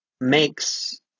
makes